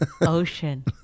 Ocean